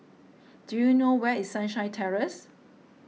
do you know where is Sunshine Terrace